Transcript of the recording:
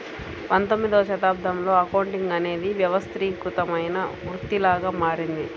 పంతొమ్మిదవ శతాబ్దంలో అకౌంటింగ్ అనేది వ్యవస్థీకృతమైన వృత్తిలాగా మారింది